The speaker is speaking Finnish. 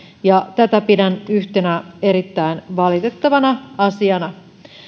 tätä pidän yhtenä erittäin valitettavana asiana